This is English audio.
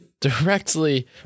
directly